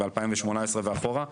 בסביבות 2018 ואחורה.